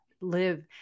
live